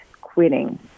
quitting